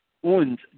und